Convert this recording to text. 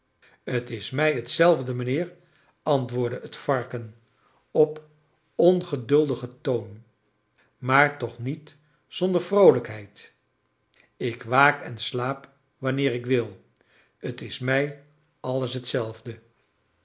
t is mij hetzelfde mijnheer antwoordde het varken op ongeduldigen toon maar toch niet zonder vroolijkheid ik waak en slaap wanneer ik wil t is mij alles hetzelfde